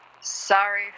Sorry